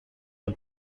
the